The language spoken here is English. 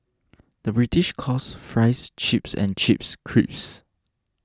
the British calls Fries Chips and Chips Crisps